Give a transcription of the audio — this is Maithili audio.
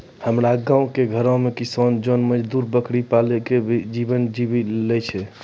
हमरो गांव घरो मॅ किसान जोन मजदुर बकरी पाली कॅ भी जीवन जीवी लॅ छय